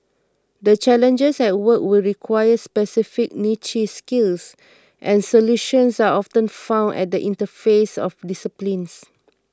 the challenges at work will require specific niche skills and solutions are often found at the interfaces of disciplines